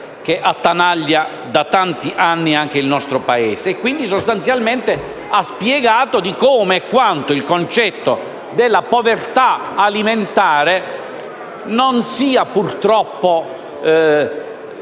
che attanaglia da tanti anni il nostro Paese. Quindi, sostanzialmente, ha spiegato come e quanto il concetto della povertà alimentare non sia purtroppo